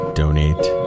donate